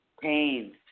Pain